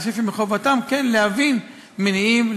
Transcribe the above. אני חושב שמחובתם להבין מניעים,